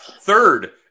third